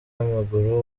w’amaguru